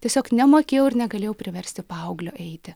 tiesiog nemokėjau ir negalėjau priversti paauglio eiti